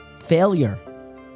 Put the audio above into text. failure